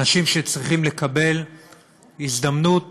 אנשים שצריכים לקבל הזדמנות